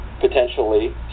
potentially